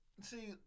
See